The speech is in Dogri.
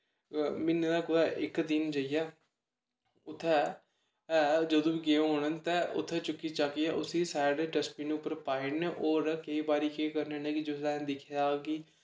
म्हीने दा कुदै इक दिन जइयै उत्थें ऐ जदूं बी गे होन ते उत्थें चुक्की चाक्कियै उसी साइड डस्टबिन उप्पर पाई ओड़ने होर केईं बारी केह् करने होने कि जिसलै दिक्खेआ जा कि